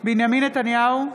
בנימין נתניהו,